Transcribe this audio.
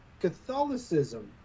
catholicism